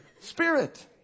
Spirit